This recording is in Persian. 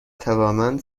توانمند